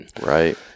Right